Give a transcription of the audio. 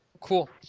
cool